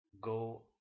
go